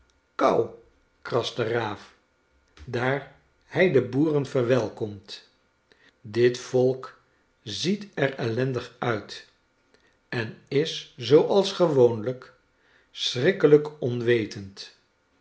krast de raaf daar hy de boeren verwelkomt dit volk ziet er ellendig uit en is zooals gewoonlijk schrikkelijk onwetend